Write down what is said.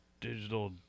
Digital